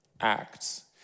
acts